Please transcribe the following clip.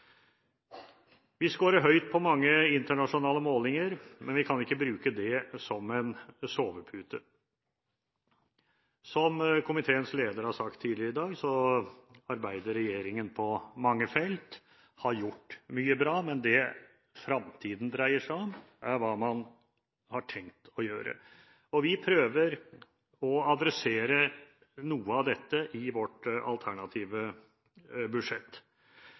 Vi scorer høyt på mange internasjonale målinger, men vi kan ikke bruke det som en sovepute. Som komiteens leder har sagt tidligere i dag, arbeider regjeringen på mange felt og har gjort mye bra, men det fremtiden dreier seg om, er hva man har tenkt å gjøre. Vi prøver å adressere noe av dette i vårt alternative budsjett.